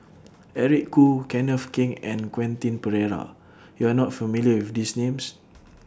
Eric Khoo Kenneth Keng and Quentin Pereira YOU Are not familiar with These Names